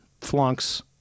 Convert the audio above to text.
flunks